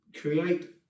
create